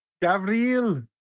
Gabriel